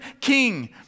king